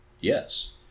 Yes